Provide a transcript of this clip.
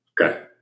Okay